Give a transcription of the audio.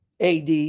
AD